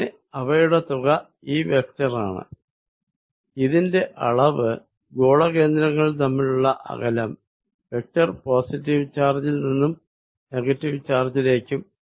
അങ്ങനെ അവയുടെ തുക ഈ വെക്ടറാണ് ഇതിന്റെ അളവ് ഗോളകേന്ദ്രങ്ങൾ തമ്മിലുള്ള അകലം വെക്ടർ പോസിറ്റീവ് ചാർജിൽ നിന്നും നെഗറ്റീവ് ചാർജിലേക്കും